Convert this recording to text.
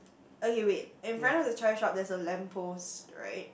okay wait in front of the toy shop there's a lamp post right